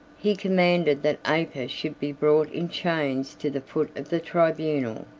he commanded that aper should be brought in chains to the foot of the tribunal.